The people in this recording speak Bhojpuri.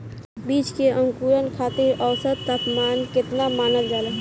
बीज के अंकुरण खातिर औसत तापमान केतना मानल जाला?